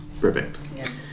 Perfect